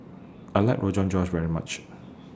I like Rogan Josh very much